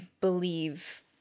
believe